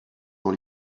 dans